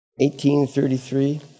1833